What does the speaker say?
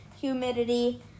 humidity